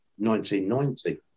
1990